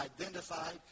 identified